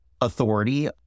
authority